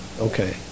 okay